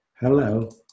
Hello